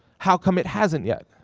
how come it hasn't yet?